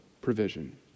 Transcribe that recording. provision